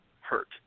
hurt